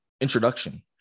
introduction